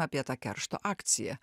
apie tą keršto akciją